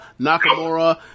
Nakamura